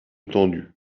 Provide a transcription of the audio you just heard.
tendue